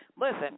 Listen